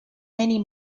many